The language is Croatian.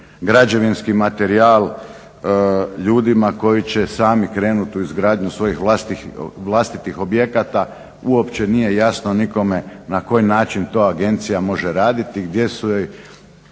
građevinski materijal ljudima koji će sami krenuti u izgradnju svojih vlastitih objekata. Uopće nije jasno nikome na koji način to agencija može raditi i gdje su